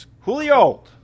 Julio